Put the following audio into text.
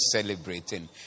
celebrating